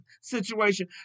situation